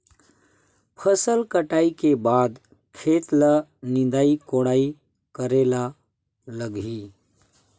फसल कटाई के बाद खेत ल निंदाई कोडाई करेला लगही?